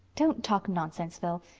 don't talk nonsense, phil.